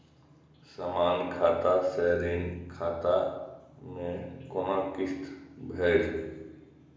समान खाता से ऋण खाता मैं कोना किस्त भैर?